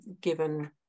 given